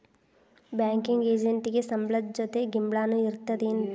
Banking ಎಜೆಂಟಿಗೆ ಸಂಬ್ಳದ್ ಜೊತಿ ಗಿಂಬ್ಳಾನು ಇರ್ತದೇನ್?